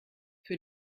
für